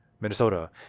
Minnesota